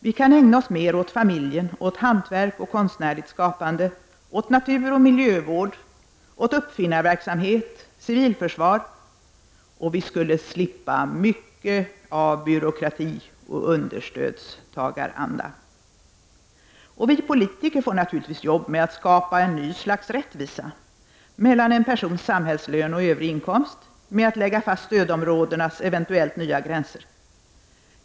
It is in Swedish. Vi kan ägna oss mer åt familjen, åt hantverk och konstnärligt skapande, åt naturoch miljövård, åt uppfinnarverksamhet, civilförsvar, etc. Och vi skulle slippa mycket av byråkrati och understödstagaranda. Vi politiker får naturligtvis jobb med att skapa en ny slags rättvisa, mellan en persons samhällslön och övrig inkomst, och med att lägga fast stödområdenas eventuellt nya gränser.